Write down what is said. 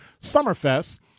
Summerfest